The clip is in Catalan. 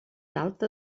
alta